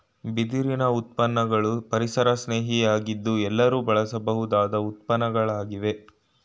ಬಿದಿರಿನ ಉತ್ಪನ್ನಗಳು ಪರಿಸರಸ್ನೇಹಿ ಯಾಗಿದ್ದು ಎಲ್ಲರೂ ಬಳಸಬಹುದಾದ ಉತ್ಪನ್ನಗಳಾಗಿವೆ